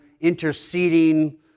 interceding